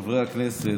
חברי הכנסת,